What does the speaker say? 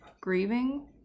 grieving